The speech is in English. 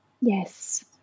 Yes